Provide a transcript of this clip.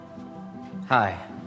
hi